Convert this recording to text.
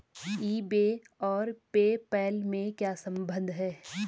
ई बे और PayPal में क्या संबंध है?